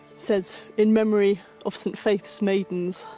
says, in memory of st faith's maidens.